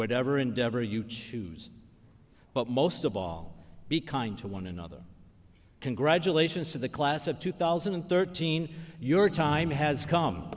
whatever endeavor you choose but most of all be kind to one another congratulations to the class of two thousand and thirteen your time has come